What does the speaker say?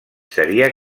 seria